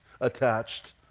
attached